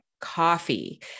coffee